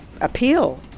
appeal